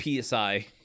PSI